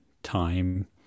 time